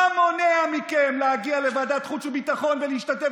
מה מונע מכם להגיע לוועדת חוץ וביטחון ולהשתתף